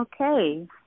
Okay